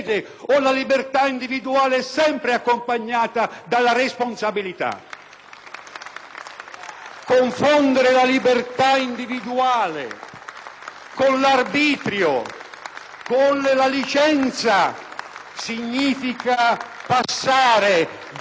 Confondere la libertà individuale con l'arbitrio, con la licenza significa passare dalla civiltà della ragione alla barbarie dell'egoismo.